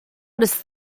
his